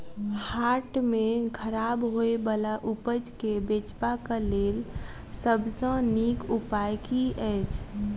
हाट मे खराब होय बला उपज केँ बेचबाक क लेल सबसँ नीक उपाय की अछि?